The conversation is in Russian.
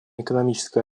экономическое